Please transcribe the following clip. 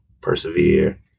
persevere